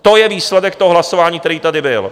To je výsledek toho hlasování, který tady byl.